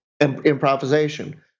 Improvisation